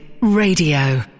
Radio